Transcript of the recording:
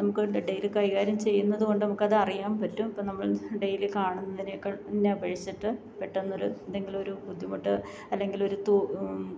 നമുക്ക് ഡെയിലി കൈകാര്യം ചെയ്യുന്നതുകൊണ്ട് നമുക്കത് അറിയാം പറ്റും ഇപ്പോൾ നമ്മൾ ഡെയിലി കാണുന്നതിനെക്കാൾ നെ അപേക്ഷിച്ചിട്ട് പെട്ടന്ന് ഒരു എന്തെങ്കിലുമൊരു ബുദ്ധിമുട്ട് അല്ലെങ്കിൽ ഒരു തു